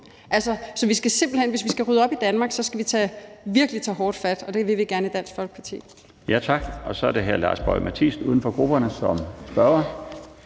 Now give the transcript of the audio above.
Så hvis vi skal rydde op i Danmark, skal vi virkelig tage hårdt fat, og det vil vi gerne i Dansk Folkeparti.